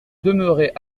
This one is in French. demeurait